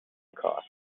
costs